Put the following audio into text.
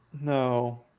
No